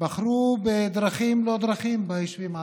בחרו בדרכים לא דרכים ביישובים הערביים.